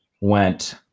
went